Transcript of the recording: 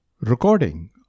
Recording